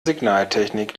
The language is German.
signaltechnik